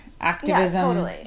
Activism